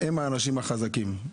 הם האנשים החזקים,